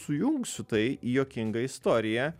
sujungsiu tai į juokingą istoriją